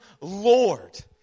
Lord